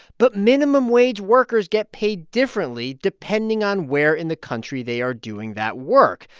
but minimum wage workers get paid differently depending on where in the country they are doing that work.